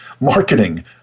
Marketing